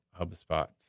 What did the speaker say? HubSpot